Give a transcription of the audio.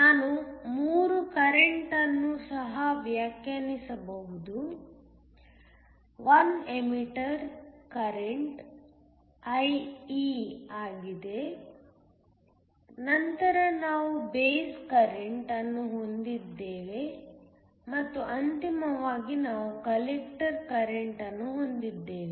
ನಾವು 3 ಕರೆಂಟ್ ಅನ್ನು ಸಹ ವ್ಯಾಖ್ಯಾನಿಸಬಹುದು 1 ಎಮಿಟರ್ ಕರೆಂಟ್ IE ಆಗಿದೆ ನಂತರ ನೀವು ಬೇಸ್ ಕರೆಂಟ್ ಅನ್ನು ಹೊಂದಿದ್ದೀರಿ ಮತ್ತು ಅಂತಿಮವಾಗಿ ನೀವು ಕಲೆಕ್ಟರ್ ಕರೆಂಟ್ ಅನ್ನು ಹೊಂದಿದ್ದೀರಿ